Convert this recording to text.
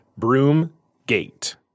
Broomgate